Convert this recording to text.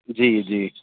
जी जी